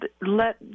Let